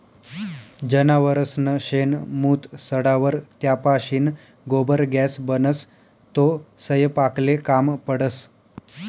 जनावरसनं शेण, मूत सडावर त्यापाशीन गोबर गॅस बनस, तो सयपाकले काम पडस